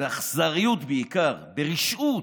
באכזריות בעיקר, ברשעות,